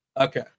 Okay